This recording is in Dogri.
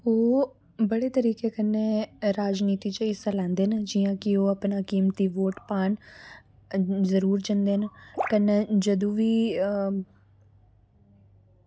ओह् बड़े तरीके कन्नै राजनीति च हिस्सा लैंदे न जियां कि ओह् अपना कीमती वोट पान जरूर जंदे न कन्नै जदूं वी